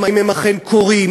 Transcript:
אם הם אכן קורים,